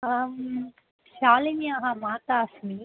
आं शालिन्याः माता अस्मि